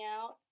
out